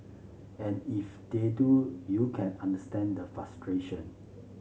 and if they do you can understand the frustration